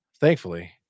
thankfully